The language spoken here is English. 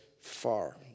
far